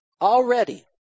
already